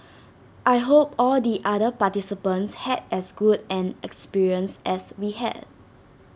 I hope all the other participants had as good an experience as we had